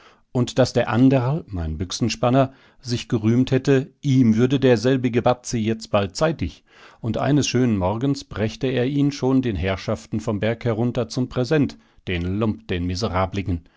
und daß der anderl mein büchsenspanner sich gerühmt hätte ihm würde derselbige bazi jetzt bald zeitig und eines schönen morgens brächte er ihn schon den herrschaften vom berg herunter zum präsent den lump den miserabligen